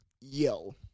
yo